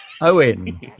Owen